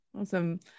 Awesome